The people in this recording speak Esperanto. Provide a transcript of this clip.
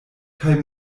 kaj